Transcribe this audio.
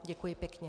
Děkuji pěkně.